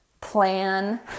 plan